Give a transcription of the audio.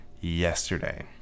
yesterday